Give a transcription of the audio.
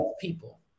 people